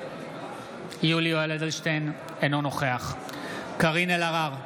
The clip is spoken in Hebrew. אינו נוכח קארין אלהרר,